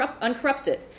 uncorrupted